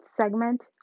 segment